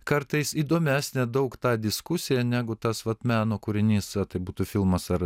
kartais įdomesnė daug ta diskusija negu tas vat meno kūrinys tai būtų filmas ar